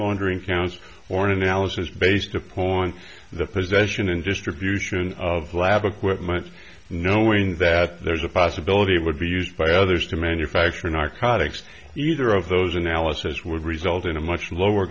laundering counts or an analysis based appoint the possession and distribution of lab equipment knowing that there's a possibility it would be used by others to manufacture narcotics either of those analysis would result in a much lower